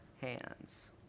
hands